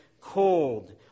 cold